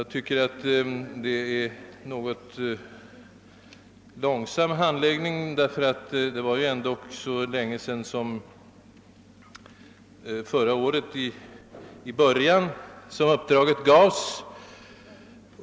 Jag tycker att detta är en något långsam handläggning, ty det var ändock så länge sedan som i början av förra året uppdraget gavs.